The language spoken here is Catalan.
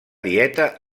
dieta